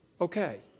okay